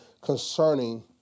concerning